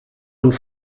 und